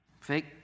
Fake